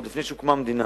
עוד לפני שהוקמה המדינה,